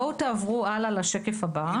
בואו תעברו הלאה לשקף הבא.